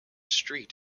street